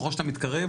ככל שאתה מתקרב,